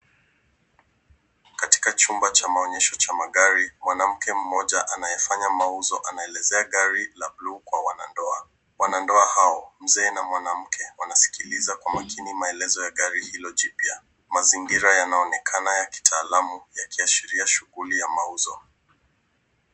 Katika chumba cha maonyesho cha magari mwanamke mmoja anayefanya mauzo anaelezea gari la bluu kwa wanandoa. Wanandoa hao, mzee na mwanamke wanasikiliza kwa makini maelezo ya gari hilo jipya. Mazingira yanaonekana ya kitaalamu yakiashiria shughuli ya mauzo.